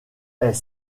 est